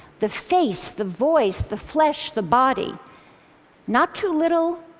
the face, the voice, the flesh, the body not too little,